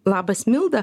labas milda